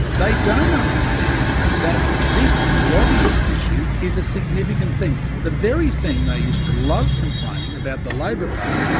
they don't understand that this lobbyist issue is a significant thing. the very thing they used to love complaining about the labor party,